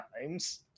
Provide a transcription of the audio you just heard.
times